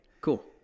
Cool